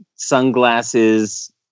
Sunglasses